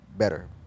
better